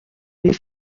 les